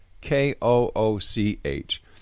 K-O-O-C-H